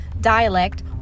dialect